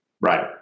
right